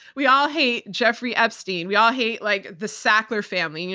we all hate jeffrey epstein, we all hate like the sackler family, you